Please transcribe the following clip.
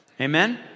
Amen